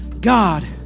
God